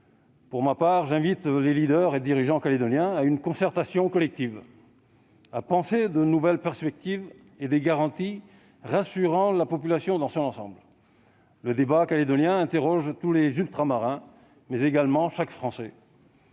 Pour ma part, j'invite les leaders et dirigeants calédoniens à une concertation collective, je les invite à penser de nouvelles perspectives et des garanties susceptibles de rassurer la population dans son ensemble. Le débat calédonien interroge tous les Ultramarins, mais également chaque Français.